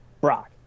Brock